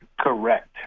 correct